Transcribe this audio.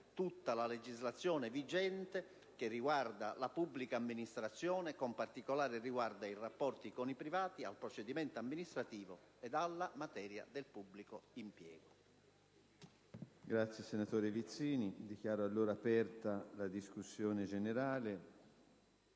tutta la legislazione vigente che riguarda la pubblica amministrazione, con particolare riguardo ai rapporti con i privati, al procedimento amministrativo e alla materia del pubblico impiego.